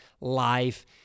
life